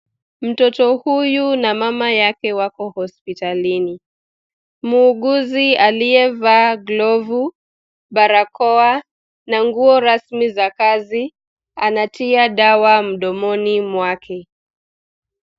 Mtoto huyu na mama yake wapo hospitalini. Muuguzi aliyevaa glovu, barakoa na nguo rasmi za kazi anatia dawa mdomoni mwake.